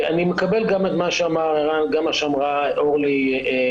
אני מקבל גם את מה שאמר הרן וגם את מה שאמרה אורלי כתפיסה,